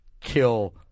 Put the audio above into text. kill